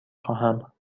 خواهم